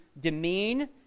demean